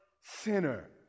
Sinner